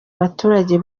abaturage